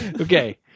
Okay